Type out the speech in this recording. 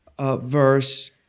verse